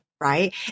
right